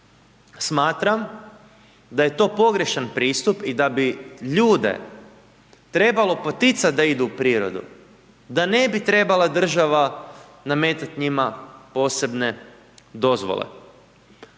Smatram da je to pogrešan pristup i da bi ljude trebalo poticat da idu u prirodu, da ne bi trebala država nametat njima posebne dozvole.